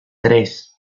tres